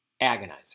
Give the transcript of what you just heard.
agonizing